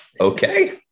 okay